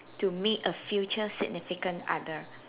to meet a future significant other